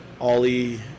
Ollie